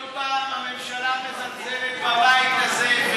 עוד הפעם הממשלה מזלזלת בבית הזה,